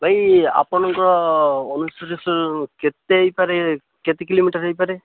ଭାଇ ଆପଣଙ୍କ କେତେ ହେଇପାରେ କେତେ କିଲୋମିଟର ହେଇପାରେ